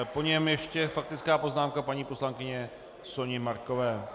Po něm ještě faktická poznámka paní poslankyně Soni Markové.